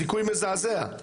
זיכוי מזעזע.